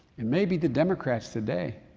it maybe the democrats today,